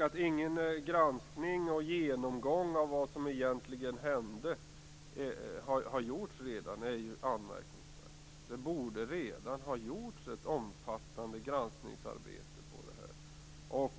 Att ingen granskning och genomgång av vad som egentligen hände redan har gjorts är anmärkningsvärt. Det borde redan ha gjorts ett omfattande granskningsarbete i fråga om